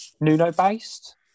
Nuno-based